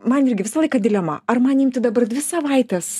man irgi visą laiką dilema ar man imti dabar dvi savaites